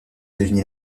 deviner